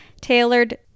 tailored